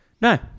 No